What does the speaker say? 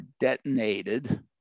detonated